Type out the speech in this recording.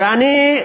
ואני,